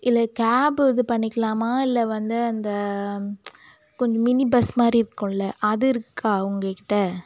இல்லை கேபு இது பண்ணிக்கலாமா இல்லை வந்து அந்த கொஞ்சம் மினி பஸ் மாதிரி இருக்கில்ல அது இருக்கா உங்கள்கிட்ட